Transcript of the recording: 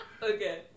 Okay